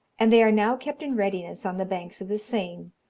and they are now kept in readiness on the banks of the seine,